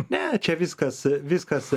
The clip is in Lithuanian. ne čia viskas viskas